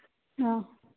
ꯑ